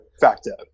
factor